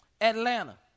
Atlanta